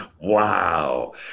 wow